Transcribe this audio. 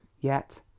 yet,